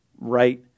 right